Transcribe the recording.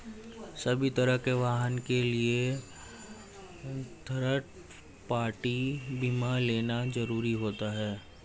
सभी तरह के वाहन के लिए थर्ड पार्टी बीमा लेना जरुरी होता है